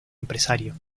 empresario